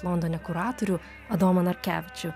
londone kuratorių adomą narkevičių